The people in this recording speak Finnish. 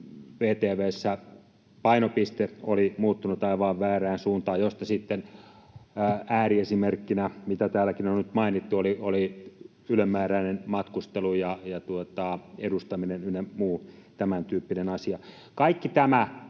VTV:ssä painopiste oli muuttunut aivan väärään suuntaan, josta sitten ääriesimerkkinä, mikä täälläkin on nyt mainittu, oli ylenmääräinen matkustelu ja edustaminen ynnä muut tämäntyyppisen asiat. Kaikki tämä